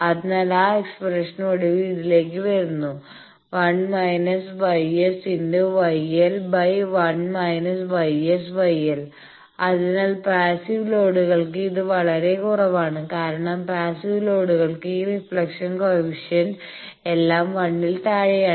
അതിനാൽ ആ എക്സ്പ്രഷൻ ഒടുവിൽ ഇതിലേക്ക് വരുന്നു ¿ 1−γ S γ L1−γ S γ L അതിനാൽ പാസ്സീവ് ലോഡുകൾക്ക് ഇത് വളരെ കുറവാണ് കാരണം പാസ്സീവ് ലോഡുകൾക്ക് ഈ റിഫ്ലക്ഷൻ കോഎഫീഷ്യന്റ് എല്ലാം 1 ൽ താഴെയാണ്